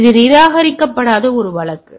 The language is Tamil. எனவே இது நிராகரிக்கப்படாத ஒரு வழக்கு